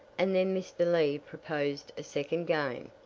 and then mr. lee proposed a second game.